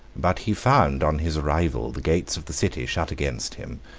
but he found on his arrival the gates of the city shut against him,